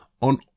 on